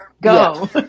go